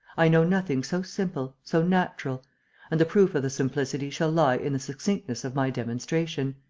i know nothing so simple, so natural and the proof of the simplicity shall lie in the succinctness of my demonstration.